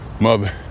mother